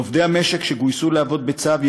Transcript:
לעובדי המשק שגיוסו לעבוד בצו,